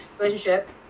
relationship